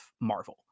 marvel